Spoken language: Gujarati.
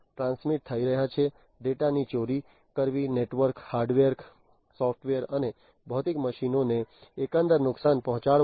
ટ્રાન્સમિટ થઈ રહ્યું છે ડેટાની ચોરી કરવીનેટવર્ક હાર્ડવેર સોફ્ટવેર અને ભૌતિક મશીનોને એકંદરે નુકસાન પહોંચાડવું